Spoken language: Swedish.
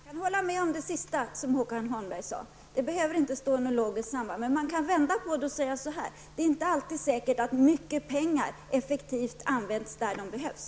Herr talman! Jag kan hålla med om det sista som Håkan Holmberg sade, att det inte behöver finnas någon logisk motsatsställning. Men man kan vända på det och säga så här: Det är inte alltid säkert att mycket pengar används effektivt där de behövs.